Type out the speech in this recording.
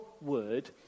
word